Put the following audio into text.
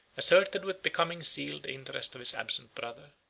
asserted with becoming zeal the interest of his absent brother.